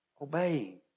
Obey